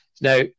Now